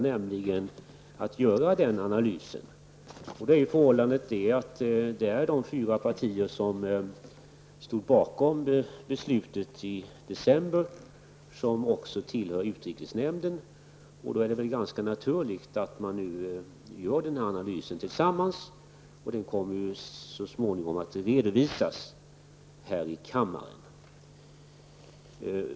Det är då ganska naturligt att de fyra partier som stod bakom beslutet i december och som också tillhör utrikesnämnden gör denna analys tillsammans. Så småningom kommer den att redovisas här i kammaren.